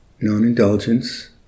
non-indulgence